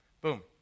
Boom